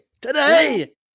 Today